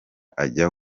ajya